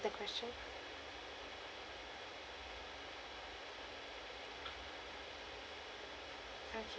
the question okay